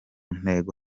ntego